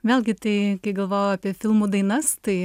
vėlgi tai galvojau apie filmų dainas tai